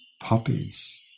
poppies